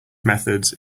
methods